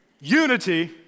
unity